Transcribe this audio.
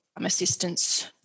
Assistance